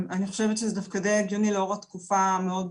אני חושבת שזה דווקא די הגיוני לאור התקופה המאוד